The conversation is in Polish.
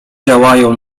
działają